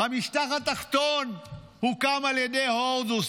המשטח התחתון הוקם על ידי הורדוס,